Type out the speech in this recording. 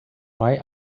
why